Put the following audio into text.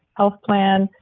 health plan,